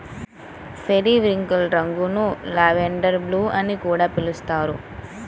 periwinkle రంగును lavender blue అని కూడా పిలుస్తారు